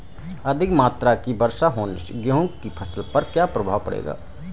अधिक मात्रा की वर्षा होने से गेहूँ की फसल पर क्या प्रभाव पड़ेगा?